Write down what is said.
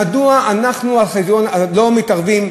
מדוע אנחנו לא מתערבים,